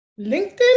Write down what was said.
LinkedIn